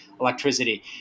electricity